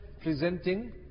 presenting